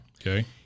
Okay